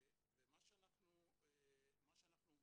מה שאנחנו אומרים,